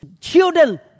Children